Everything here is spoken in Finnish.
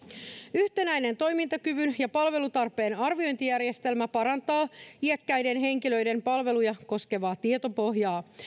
yhtenäinen toimintakyvyn ja palvelutarpeen arviointijärjestelmä parantaa iäkkäiden henkilöiden palveluja koskevaa tietopohjaa